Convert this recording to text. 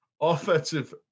offensive